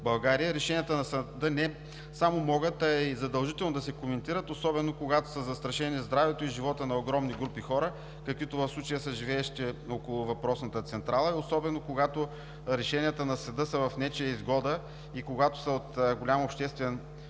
България, решенията на съда не само могат, а е и задължително да се коментират, особено когато са застрашени здравето и живота на огромни групи хора, каквито в случая са живеещите около въпросната централа. И особено когато решенията на съда са в нечия изгода, когато са от голям обществен